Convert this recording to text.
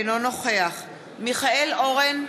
אינו נוכח מיכאל אורן,